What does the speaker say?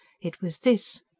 it was this.